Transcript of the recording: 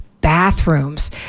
bathrooms